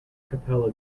capella